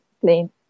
plain